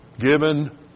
given